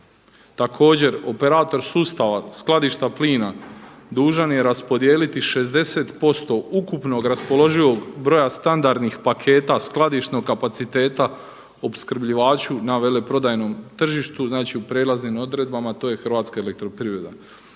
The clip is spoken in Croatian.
Također operator sustava skladišta plina dužan je raspodijeliti 60% ukupnog raspoloživog broja standardnih paketa skladišnog kapaciteta opskrbljivaču na veleprodajnom tržištu, znači u prijelaznim odredbama to je HEP. Opskrbljivačima